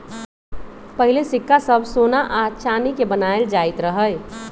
पहिले सिक्का सभ सोना आऽ चानी के बनाएल जाइत रहइ